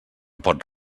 pot